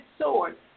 sword